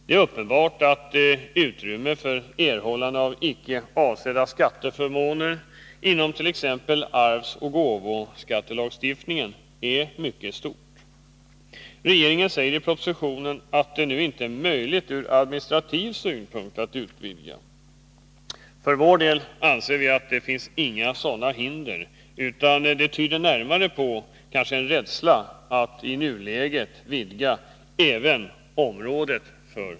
Det är uppenbart att utrymmet för erhållande av icke avsedda skatteförmåner inom t.ex. arvsoch gåvoskattelagstiftningen är mycket stort. Regeringen säger i propositionen att det nu inte är möjligt ur administrativ synpunkt att utvidga området för generalklausulen. För vår del anser vi att det inte finns några sådana hinder, utan att uttalandet närmast tyder på en rädsla för att i nuläget vidga dess område.